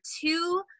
two